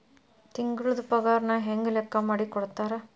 ತಿಂಗಳದ್ ಪಾಗಾರನ ಹೆಂಗ್ ಲೆಕ್ಕಾ ಮಾಡಿ ಕೊಡ್ತಾರಾ